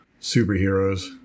superheroes